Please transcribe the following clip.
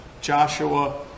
Joshua